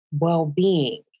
well-being